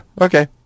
okay